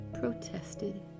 protested